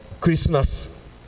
Christmas